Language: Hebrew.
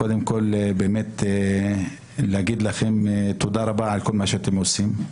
קודם כול להגיד לכם תודה רבה על כל מה שאתם עושים.